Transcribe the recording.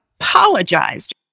apologized